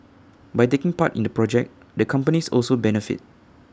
by taking part in the project the companies also benefit